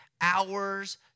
hours